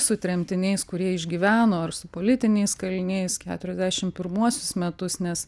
su tremtiniais kurie išgyveno ir su politiniais kaliniais keturiasdešim pirmuosius metus nes